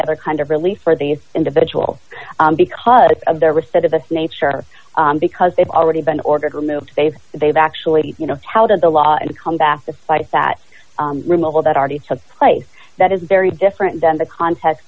other kind of relief for these individuals because of their receipt of this nature because they've already been ordered removed they've they've actually you know how did the law and come back to fight that removal that already took place that is very different than the contest